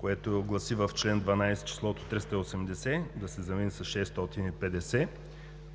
което гласи: в чл. 12 числото 380 да се замени с 650,